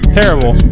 terrible